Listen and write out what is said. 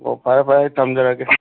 ꯑꯣ ꯐꯔꯦ ꯐꯔꯦ ꯑꯩ ꯊꯝꯖꯔꯒꯦ